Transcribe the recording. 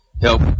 help